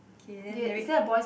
k then the reds